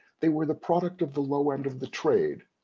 they were the product of the low end of the trade,